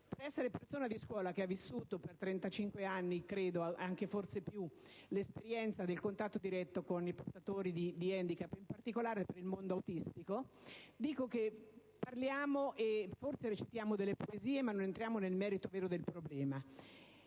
Per essere persona di scuola, che ha vissuto per 35 anni, e forse anche di più, l'esperienza del contatto diretto con i portatori di handicap, in particolare per il mondo autistico, parliamo, e forse recepiamo, delle poesie ma non entriamo nel merito vero del problema.